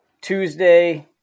Tuesday